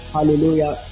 Hallelujah